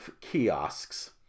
kiosks